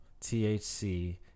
THC